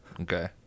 Okay